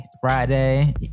Friday